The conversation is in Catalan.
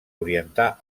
orientar